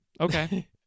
Okay